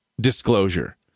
disclosure